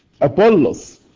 Apollos